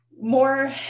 more